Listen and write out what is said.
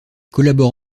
collabore